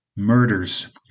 Murders